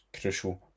crucial